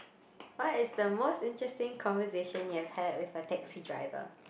what is the most interesting conversation you've had with a taxi driver